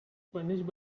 furnished